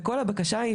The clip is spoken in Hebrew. וכל הבקשה היא,